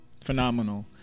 phenomenal